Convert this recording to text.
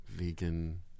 Vegan